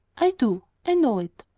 i do. i know it.